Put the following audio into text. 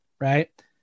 right